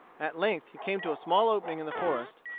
at length he came to a small opening in the forest,